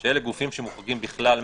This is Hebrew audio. הייתה שאלה גופים שמוחרגים בכלל מהחוק,